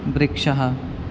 वृक्षः